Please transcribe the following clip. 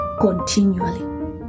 continually